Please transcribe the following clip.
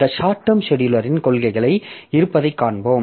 இந்த short term செடியூலரின் கொள்கைகள் இருப்பதைக் காண்போம்